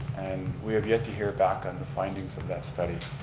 and we have yet to hear back on the findings of that study.